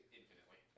infinitely